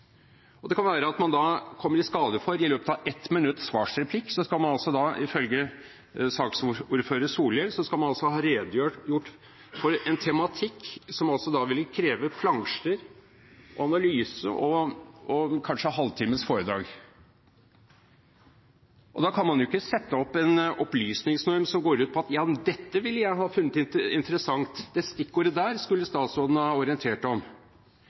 gis. De kan gis i spørretimen, og i løpet av ett minutts svarreplikk skal man altså – ifølge saksordfører Solhjell – ha redegjort for en tematikk som ville kreve plansjer, analyser og kanskje en halvtimes foredrag. Da kan man jo ikke ha en opplysningsnorm som går ut på at man kan si «ja, dette ville jeg ha funnet interessant» eller «det stikkordet der skulle statsråden ha orientert om».